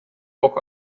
auch